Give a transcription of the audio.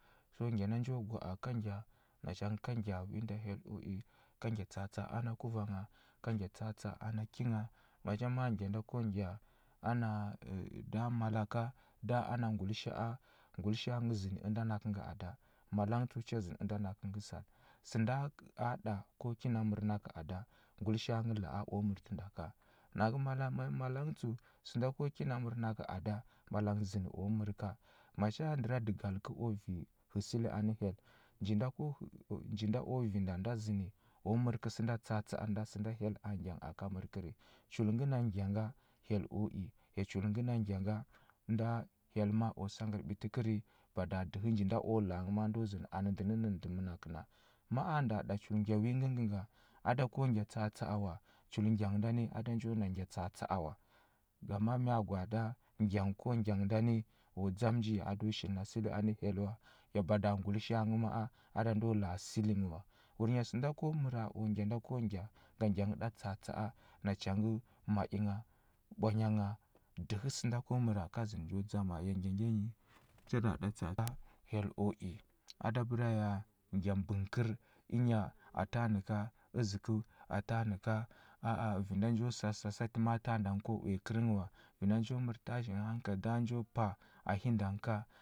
Chul ngya nda njo gwa a ka ngya, nacha ka ngya wi nda hyel o i, ka ngya tsa atsa a na kuvangha, ka tsa atsa a ana ki ngha, maja ma a ngya nda ko ngya ana ə ə nda mala ka, nda ana ngulisha a ka, ngulisha a ngha zənə ənda nakə ngə ada. Mala nghə tsəu cha zənə ənda nakə ngə sal. Sənda a ɗa ko kina mər nakə ada, ngulisha a nghə la a o mərtə nda ka. Nakə mala mə mala nghə tsəu, sənda ko kina mər nakə ada, mala nghə zən u mər ka. Macha ndəradəgal kə u vi həsəli anə hyel, nji nda ko nji nda u vi nda nda zənə u mər kə sənda tsa atsa a sənda nda hyel a ngyan aka mər kəri. Chul ngə na ngya nga, hyel o i, ya chul ngəna ngya nga, nda hyel maa o sangər ɓiti kəri, bada dəhə nji na o la a nghə ma ndo zənə anə ndə nənə nə ndə mənakə na. Ma a nda ɗa chul ngya wi ngəngə ngə ngə nga, a do kə ngya tsa atsa a wa, chul ngya ngə ndani a da njo na ngya tsa atsa a wa. Ngama mya gwaada? Ngya nghə ko ngya nghə ndani, o dzam nji a do shili na səli anə hyel wa, ya bada ngulisha a nghə ma a, a da ndo la a səli nghə wa. Wurnya sənda ko məra o ngya nda ko ngya, ga ngya nghə ɗa tsa tsa a, nacha ngə ma i ngha, ɓwanya ngha, dəhə sənda ko məra ka zən njo dzama, ya nji nji nyi hyel o i, a da bəra ya, ngya bəngkər, ənya tanə ka əzəkəu a tanə ka, a a vi nda nju sa sə sasa tə ma a tanda ko uya kərnghə wa. Vi nda njo mər tashin hankali nda njo pa, a hinda nghə ka.